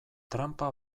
tranpa